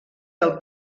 del